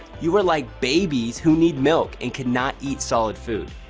you are like babies who need milk and cannot eat solid food.